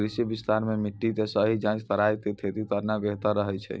कृषि विस्तार मॅ मिट्टी के सही जांच कराय क खेती करना बेहतर रहै छै